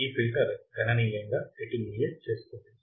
ఈ ఫిల్టర్ గణనీయంగా అటేన్యుయేట్ చేస్తుంది